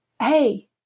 hey